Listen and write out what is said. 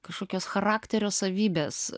kažkokios charakterio savybės